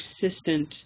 persistent